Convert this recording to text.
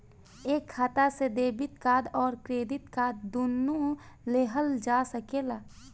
एक खाता से डेबिट कार्ड और क्रेडिट कार्ड दुनु लेहल जा सकेला?